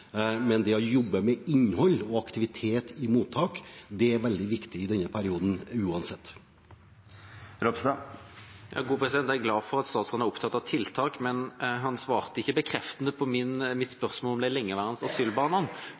Men det å jobbe med innhold og aktivitet i mottak er veldig viktig i denne perioden uansett. Jeg er glad for at statsråden er opptatt av tiltak, men han svarte ikke bekreftende på mitt spørsmål om de lengeværende asylbarna.